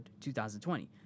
2020